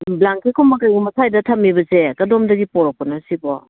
ꯕ꯭ꯂꯥꯡꯀꯦꯠꯀꯨꯝꯕ ꯀꯔꯤꯒꯨꯝꯕ ꯁ꯭ꯋꯥꯏꯗ ꯊꯝꯃꯤꯕꯁꯦ ꯀꯗꯣꯝꯗꯒꯤ ꯄꯣꯔꯛꯄꯅꯣ ꯁꯤꯕꯣ